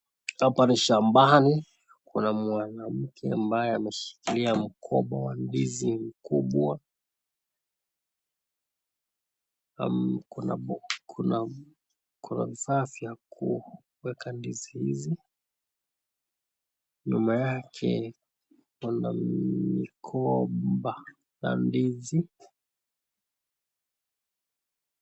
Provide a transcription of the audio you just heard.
Hapa ni shambani. Kuna mwanamke ambaye ameshikilia mgomba wa ndizi mkubwa. Kuna vifaa vya kuweka ndizi hizi. Nyuma yake kuna migomba ya ndizi